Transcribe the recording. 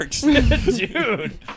Dude